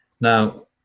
Now